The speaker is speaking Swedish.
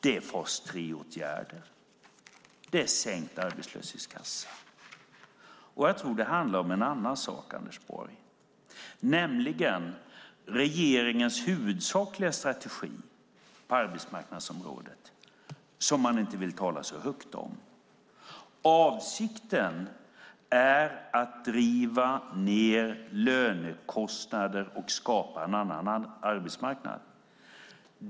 Det är fas 3-åtgärder och sänkt arbetslöshetskassa. Jag tror att det också handlar om en annan sak, Anders Borg, nämligen regeringens huvudsakliga strategi på arbetsmarknadsområdet. Den vill man inte tala så högt om. Avsikten är att driva ned lönekostnader och att skapa en annan arbetsmarknad.